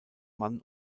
mann